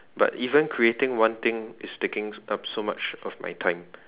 but even creating one thing is taking up so much of my time